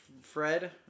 fred